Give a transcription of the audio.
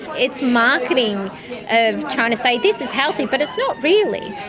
it's marketing of trying to say this is healthy but it's not really.